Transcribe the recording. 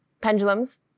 pendulums